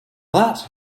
that